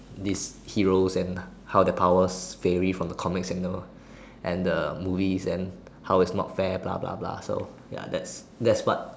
these heroes and how their powers varies from the comics you know and the movies and how its not fair blah blah blah so ya that's that's what